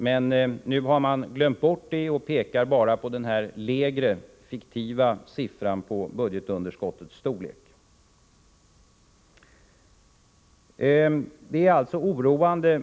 Men nu har man glömt bort det och pekar bara på den lägre, fiktiva siffran på budgetunderskottets storlek.